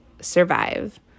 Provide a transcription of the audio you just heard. survive